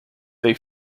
they